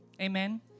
amen